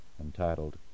entitled